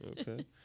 okay